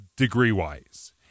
degree-wise